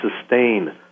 sustain